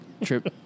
trip